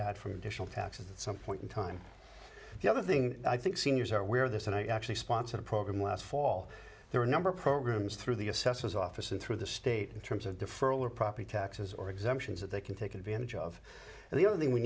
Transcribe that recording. add from additional taxes at some point in time the other thing i think seniors are aware of this and i actually sponsored a program last fall there are a number of programs through the assessor's office and through the state in terms of deferral or property taxes or exemptions that they can take advantage of and the other thing we